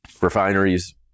refineries